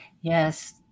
yes